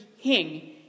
king